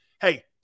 Hey